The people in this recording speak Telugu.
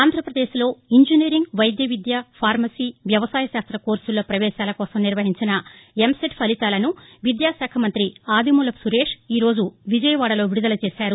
ఆంధ్రప్రదేశ్ లో ఇంజనీరింగ్ వైద్య విద్య ఫార్మసీ వ్యవసాయ శాస్త కోర్సుల్లో పవేశాల కోసం నిర్వహించిన ఎంసెట్ ఫలితాలను విద్యాశాఖ మంత్రి ఆదిమూలపు సురేష్ ఈరోజు విజయవాడలో విడుదల చేశారు